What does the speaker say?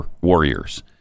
warriors